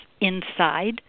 inside